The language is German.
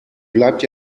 bleibt